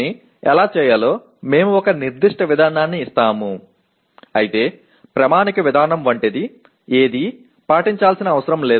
அதை எவ்வாறு செய்வது என்பது ஒரு குறிப்பிட்ட நடைமுறையை நாங்கள் தருவோம் இருப்பினும் ஒரு நிலையான நடைமுறை போன்ற எதுவும் பின்பற்றப்பட வேண்டியதில்லை